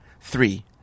Three